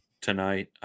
tonight